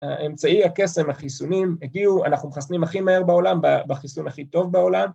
‫אמצעי הקסם, החיסונים, הגיעו. ‫אנחנו מחסנים הכי מהר בעולם, ‫בחיסון הכי טוב בעולם.